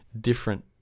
different